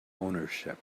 ownership